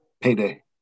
Payday